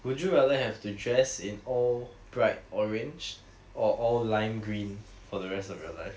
would you rather have to dress in all bright orange or all lime green for the rest of your life